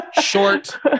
Short